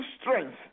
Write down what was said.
strength